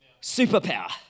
Superpower